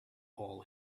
all